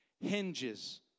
hinges